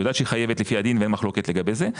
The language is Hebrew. היא יודעת שהיא חייבת לפי הדין ואין מחלוקת לגבי זה,